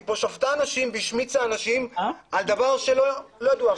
היא כאן שפטה אנשים והשמיצה אנשים על דבר שלא ידוע.